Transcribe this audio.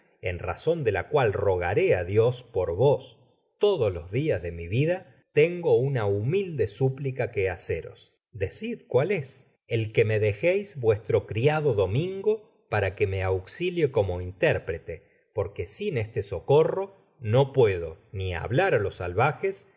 en razon de la cual rogaré á dios por vos todos los dias de mi vida tengo una humilde súplica que haceros decid cuál es i content from google book search generated at el que me dejeis vuestro criado domingo para que me auxilie como intérprete porque sin este socorro no puedo ni hablar á los salvajes